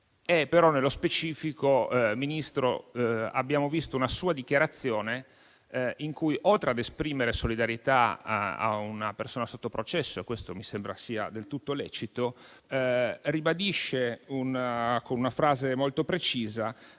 Però nello specifico, Ministro, abbiamo visto una sua dichiarazione in cui, oltre a esprimere solidarietà a una persona sotto processo - questo mi sembra sia del tutto lecito - ribadisce, con una frase molto precisa,